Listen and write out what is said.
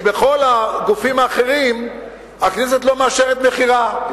כי בכל הגופים האחרים הכנסת לא מאשרת מכירה.